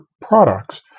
products